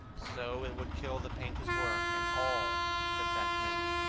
so it would kill the painter's work, and all that that meant.